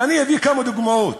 ואני אביא כמה דוגמאות.